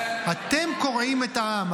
אתם קורעים את העם.